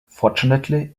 fortunately